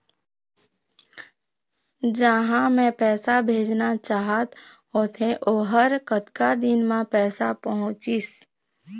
जहां मैं पैसा भेजना चाहत होथे ओहर कतका दिन मा पैसा पहुंचिस?